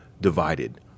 divided